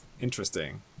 Interesting